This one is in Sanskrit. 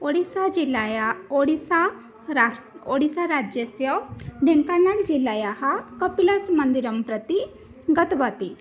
ओडिस्सा जिल्लायाः ओडिस्सा राष् ओडिस्सा राज्यस्य ढिन्कनल् जिल्लायाः कपिलस् मन्दिरं प्रति गतवती